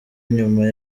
nyuma